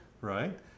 right